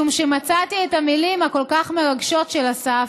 משום שמצאתי את המילים הכל-כך מרגשות של אסף,